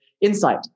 insight